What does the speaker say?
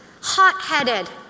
hot-headed